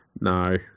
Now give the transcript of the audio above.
No